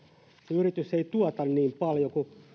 yritys ei tuota niin paljon kuin